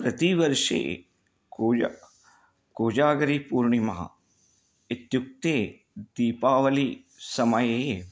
प्रतिवर्षं कूय कुजागरि पूर्णिमा इत्युक्ते दीपावलिः समये